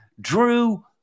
drew